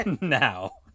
now